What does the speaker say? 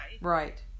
right